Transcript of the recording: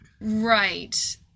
Right